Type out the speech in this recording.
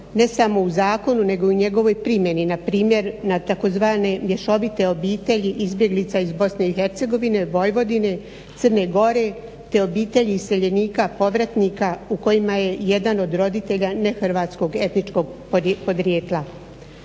ne samo u zakonu nego i u njegovoj primjeni. Na primjer na tzv. mješovite obitelji izbjeglica iz Bosne i Hercegovine, Vojvodine, Crne Gore, te obitelji iseljenika povratnika u kojima je jedan od roditelja nehrvatskog etničkog podrijetla.